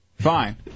Fine